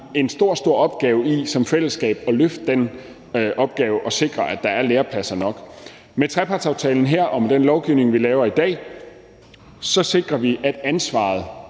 en meget stor opgave i som fællesskab at løfte det og sikre, at der er lærepladser nok. Med trepartsaftalen her og med den lovgivning, vi behandler i dag, sikrer vi, at ansvaret